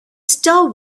star